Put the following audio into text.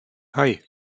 hei